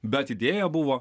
bet idėja buvo